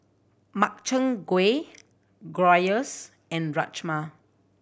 Makchang Gui Gyros and Rajma